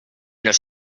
los